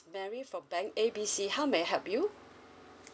mary for bank A B C how may I help you